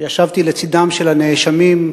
וישבתי לצדם של הנאשמים,